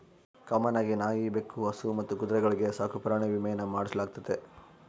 common ಆಗಿ ನಾಯಿ, ಬೆಕ್ಕು, ಹಸು ಮತ್ತು ಕುದುರೆಗಳ್ಗೆ ಸಾಕುಪ್ರಾಣಿ ವಿಮೇನ ಮಾಡಿಸಲಾಗ್ತತೆ